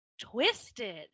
twisted